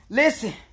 listen